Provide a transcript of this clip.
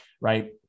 right